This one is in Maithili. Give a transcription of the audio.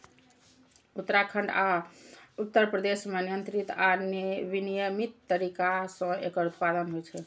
उत्तराखंड आ उत्तर प्रदेश मे नियंत्रित आ विनियमित तरीका सं एकर उत्पादन होइ छै